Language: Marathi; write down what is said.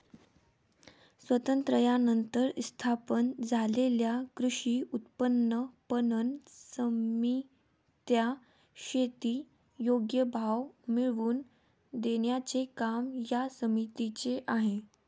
स्वातंत्र्यानंतर स्थापन झालेल्या कृषी उत्पन्न पणन समित्या, शेती योग्य भाव मिळवून देण्याचे काम या समितीचे आहे